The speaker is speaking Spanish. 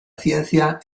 ciencia